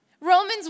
Romans